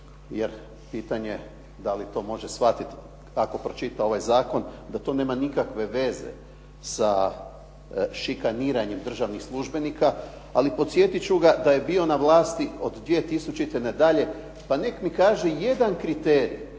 jer pitanje da li to može shvatiti kako pročita ovaj zakon, da to nema nikakve veze sa šikaniranje državnih službenika, ali podsjetit ću ga da je bio na vlasti od 2000. nadalje, pa nek mi kaže jedan kriterij